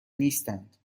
نیستند